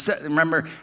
Remember